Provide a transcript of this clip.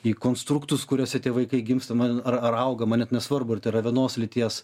į konstruktus kuriuose tie vaikai gimstama ar augama net nesvarbu ar tai yra vienos lyties